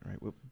right